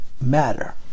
matter